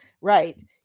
right